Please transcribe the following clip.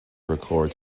record